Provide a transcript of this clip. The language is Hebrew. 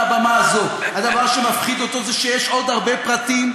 מהבמה הזאת: הדבר שמפחיד אותו זה שיש עוד הרבה פרטים,